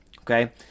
okay